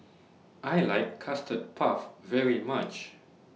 I like Custard Puff very much